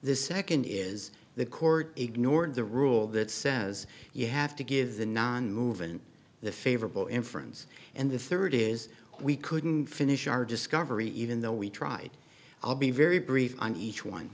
the second is the court ignored the rule that says you have to give the nonmoving the favorable inference and the third is we couldn't finish our discovery even though we tried i'll be very brief on each one